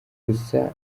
gusa